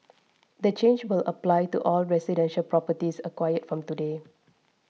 the change will apply to all residential properties acquired from today